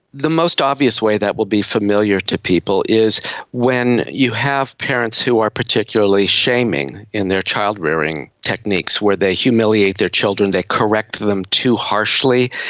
the most obvious way that would be familiar to people is when you have parents who are particularly shaming in their child rearing techniques where they humiliate their children, they correct them too harshly,